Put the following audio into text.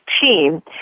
team